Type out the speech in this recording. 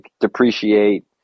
depreciate